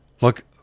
Look